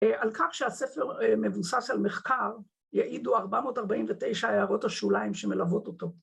‫על כך שהספר מבוסס על מחקר, ‫יעידו 449 הערות השוליים שמלוות אותו.